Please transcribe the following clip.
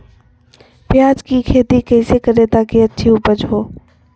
प्याज की खेती कैसे करें ताकि अच्छी उपज हो?